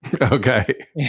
Okay